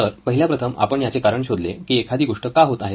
तर पहिल्या प्रथम आपण याचे कारण शोधले ही एखादी गोष्ट का होत आहे